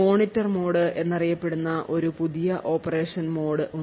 monitor mode എന്നറിയപ്പെടുന്ന ഒരു പുതിയ ഓപ്പറേഷൻ മോഡ് ഉണ്ട്